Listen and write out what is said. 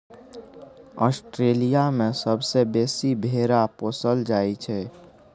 Australia मे सबसँ बेसी भेरा पोसल जाइ छै